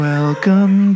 Welcome